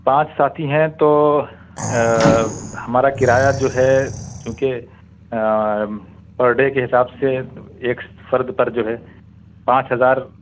پانچ ساتھی ہیں تو ہمارا کرایہ جو ہے چونکہ پر ڈے کے حساب سے ایک فرد پر جو ہے پانچ ہزار